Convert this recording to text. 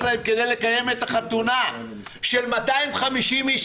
להם כדי לקיים את החתונה של 250 איש?